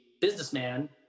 businessman